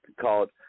called